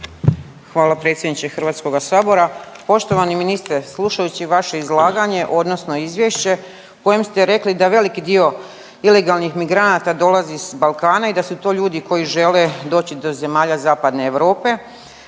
Hvala predsjedniče HS-a. Poštovani ministre, slušajući vaše izlaganje odnosno izvješće kojim ste rekli da veliki dio ilegalnih migranata dolazi s Balkana i da su to ljudi koji žele doći do zemalja zapadne Europe